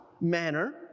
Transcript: manner